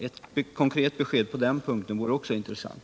Ett konkret besked också på den punkten vore intressant.